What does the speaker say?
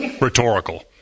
Rhetorical